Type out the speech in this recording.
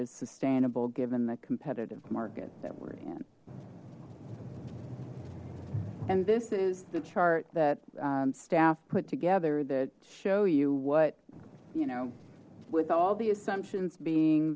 is sustainable given the competitive market that we're in and this is the chart that staff put together that show you what you know with all the assumptions being